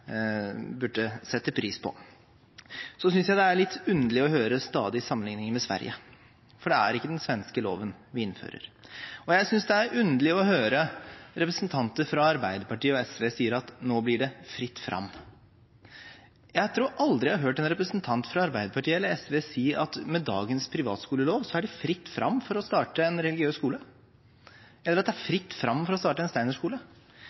burde sette pris på. Så synes jeg det er litt underlig stadig å høre sammenligning med Sverige, for det er ikke den svenske loven vi innfører. Og jeg synes det er underlig å høre representanter fra Arbeiderpartiet og SV si at nå blir det «fritt fram». Jeg tror aldri jeg har hørt en representant fra Arbeiderpartiet eller SV si at med dagens privatskolelov så er det fritt fram for å starte en religiøs skole, eller at det er fritt fram for å starte en steinerskole.